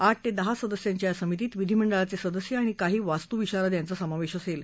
आठ ते दहा सदस्यांच्या या समितीत विधिमंडळाचे सदस्य आणि काही वास्तू विशारद यांचा समावेश असेल